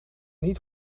niet